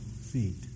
feet